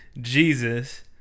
jesus